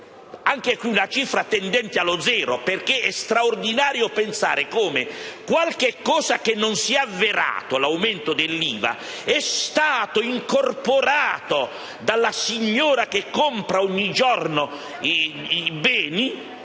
pari a una cifra tendente allo zero perché è straordinario pensare come qualcosa che non si è avverato, l'aumento dell'IVA, è stato incorporato dalla signora che compra ogni giorno i beni,